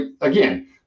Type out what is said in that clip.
again